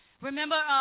Remember